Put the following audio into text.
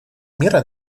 мира